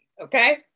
okay